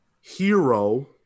hero